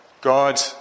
God